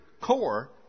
core